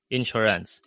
Insurance